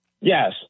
Yes